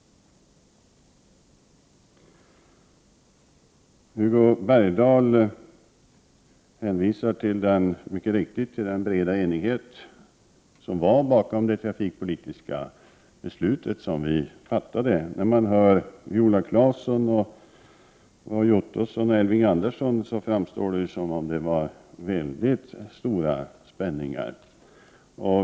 Hugo Bergdahl hänvisade till den breda enighet som mycket riktigt fanns bakom det trafikpolitiska beslut som riksdagen har fattat. När man hör Viola Claesson, Roy Ottosson och Elving Andersson verkar det som om det finns mycket stora spänningar.